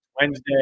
Wednesday